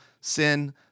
sin